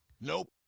Nope